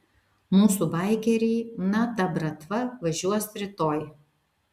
mūsų baikeriai na ta bratva važiuos rytoj